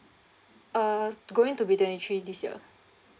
uh going to be twenty three this year